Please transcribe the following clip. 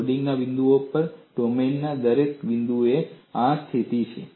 loading ના બિંદુઓથી દૂર ડોમેનના દરેક બિંદુએ આ સ્થિતિ છે